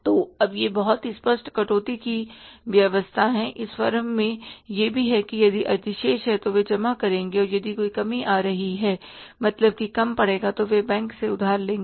तो अब यह बहुत ही स्पष्ट कटौती की व्यवस्था है इस फर्म में यह भी है कि यदि अधिशेष है तो वे जमा करेंगे और यदि कोई कमी आ रही है तो मतलब की कम पड़ेगा तो वे बैंक से उधार लेंगे